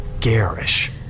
garish